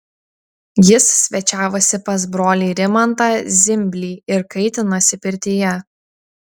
jis svečiavosi pas brolį rimantą zimblį ir kaitinosi pirtyje